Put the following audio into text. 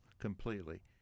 completely